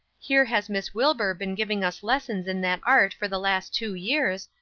here has miss wilbur been giving us lessons in that art for the last two years,